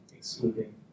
Excluding